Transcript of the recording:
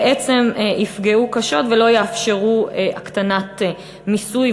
בעצם יפגעו קשות ולא יאפשרו הקטנת מיסוי,